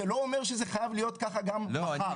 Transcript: זה לא אומר שזה חייב להיות ככה גם מחר.